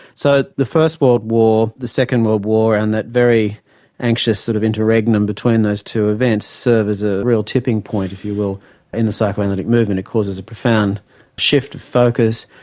so the first world war, the second world war, and that very anxious sort of interregnum between those two events serve as a real tipping point if you will in the psychoanalytic movement. it causes a profound shift of focus.